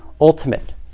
ultimate